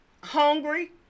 hungry